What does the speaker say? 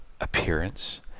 appearance